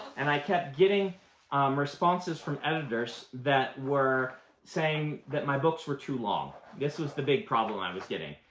and i kept getting responses from editors that were saying that my books were too long. this was the big problem i was getting.